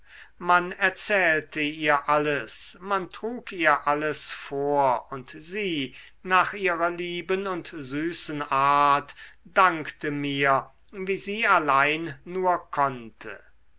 man erzählte ihr alles man trug ihr alles vor und sie nach ihrer lieben und süßen art dankte mir wie sie allein nur konnte